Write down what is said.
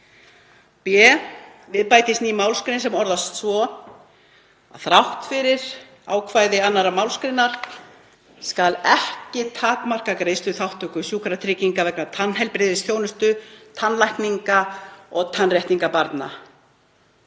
b. Við bætist ný málsgrein sem orðast svo: Þrátt fyrir ákvæði 2. mgr. skal ekki takmarka greiðsluþátttöku sjúkratrygginga vegna tannheilbrigðisþjónustu, tannlækninga og tannréttinga barna.